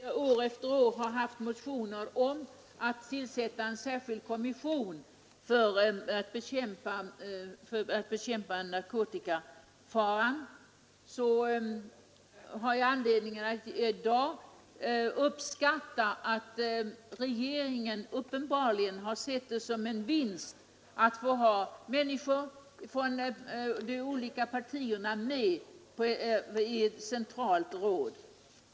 Fru talman! Eftersom jag år efter år har väckt motioner om tillsättande av en särskild kommission för att bekämpa narkotikafaran har jag anledning att i dag uppskatta att regeringen uppenbarligen har sett det som en vinst att få ha människor från de olika partierna med i ett centralt råd.